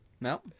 no